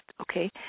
Okay